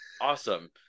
awesome